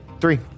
Three